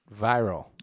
viral